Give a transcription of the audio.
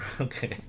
okay